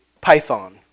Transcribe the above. Python